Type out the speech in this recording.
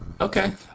Okay